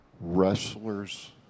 wrestlers